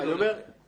לא להפריע לגור.